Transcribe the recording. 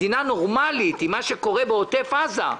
מדינה נורמלית עם מה שקורה בעוטף עזה,